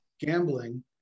gambling